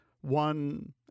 one